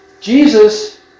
Jesus